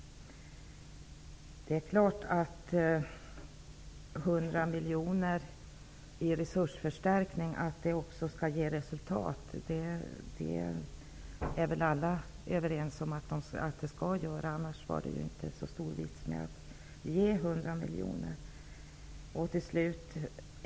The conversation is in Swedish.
Det är klart att 100 miljoner kronor i resursförstärkning också skall ge resultat. Det är väl alla överens om. Annars är det inte så stor vits med att ge 100 miljoner.